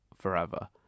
forever